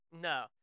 No